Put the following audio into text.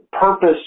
Purpose